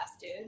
dude